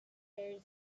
bears